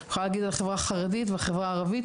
אני יכולה להגיד על החברה החרדית והחברה הערבית